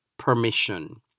permission